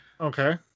Okay